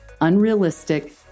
Unrealistic